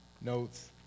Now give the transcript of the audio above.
notes